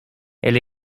elle